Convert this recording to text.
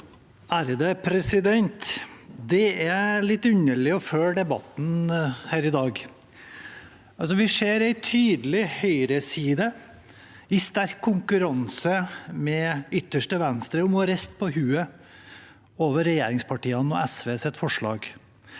(Sp) Det er litt under- lig å følge debatten her i dag. Vi ser en tydelig høyreside som er i sterk konkurranse med ytterste venstre om å riste på hodet over regjeringspartiene og SVs forslag